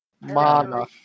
Mana